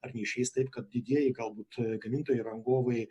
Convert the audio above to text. ar neišeis taip kad didieji galbūt gamintojai rangovai